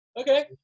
Okay